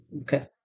Okay